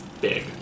big